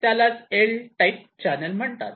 त्यालाच L type channel म्हणतात